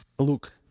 Look